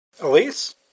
Elise